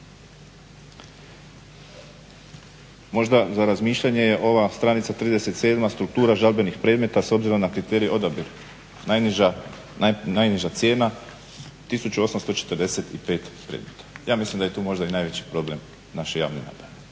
Možda za razmišljanje je ova stranica 37. – struktura žalbenih predmeta s obzirom na kriterije odabira. Najniža cijena je 1845 predmeta. Ja mislim da je tu možda i najveći problem naše javne nabave.